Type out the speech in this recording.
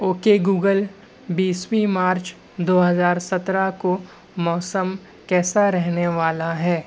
او کے گوگل بیسویں مارچ دو ہزار سترہ کو موسم کیسا رہنے والا ہے